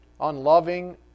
unloving